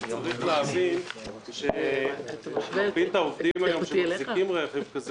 צריך להבין שמרבית העובדים שמחזיקים היום רכב כזה